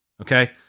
okay